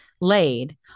laid